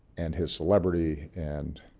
and his celebrity and